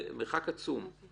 זה מרחק עצום.